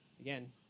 Again